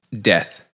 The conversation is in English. death